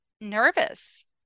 nervous